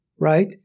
Right